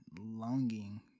longing